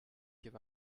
give